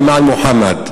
למען מוחמד.